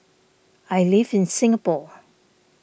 I live in Singapore